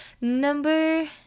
number